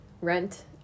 Rent